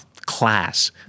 class